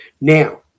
Now